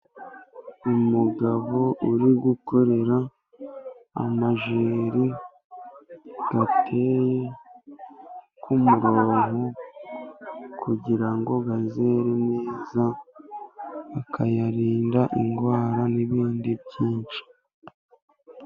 Umugabo uri gukorera amajeri ateye ku murongo，kugira ngo azere neza，akayarinda indwara n'ibindi byinshi.